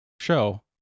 show